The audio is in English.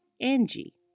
Angie